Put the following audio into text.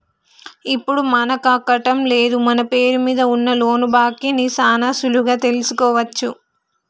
ఇప్పుడు మనకాకట్టం లేదు మన పేరు మీద ఉన్న లోను బాకీ ని సాన సులువుగా తెలుసుకోవచ్చు